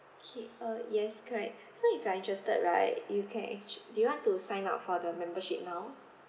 K uh yes correct so if you are interested right you can actu~ do you want to sign up for the membership now